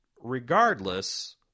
regardless